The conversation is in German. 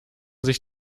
sich